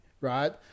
Right